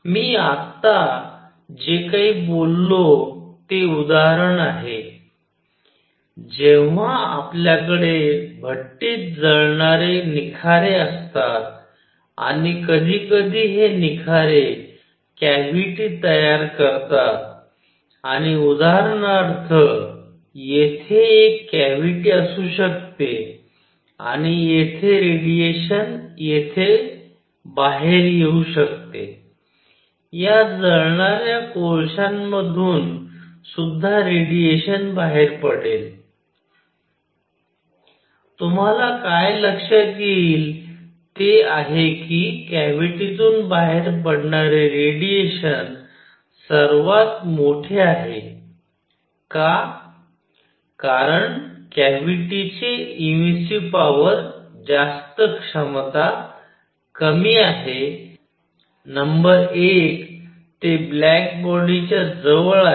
मी आत्ता जे काही बोललो ते उदाहरण आहे जेव्हा आपल्याकडे भट्टीत जळणारे निखारे असतात आणि कधीकधी हे निखारे कॅव्हिटी तयार करतात आणि उदाहरणार्थ येथे एक कॅव्हिटी असू शकते आणि येथे रेडिएशन येथे बाहेर येऊ शकते या जळणाऱ्या कोळश्यामधून सुद्धा रेडिएशन बाहेर पडेल तुम्हाला काय लक्षात येईल ते आहे कि कॅव्हिटीतून बाहेर पडणारे रेडिएशन सर्वात मोठे आहे का कारण कॅव्हिटी चे इमिसिव्ह पॉवर जास्त क्षमता कमी आहे नंबर 1 ते ब्लॅक बॉडी च्या जवळ आहे